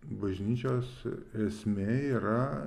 bažnyčios esmė yra